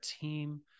team